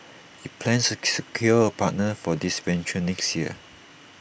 IT plans to secure A partner for this venture next year